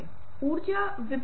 यह सिर्फ उनमें से एक है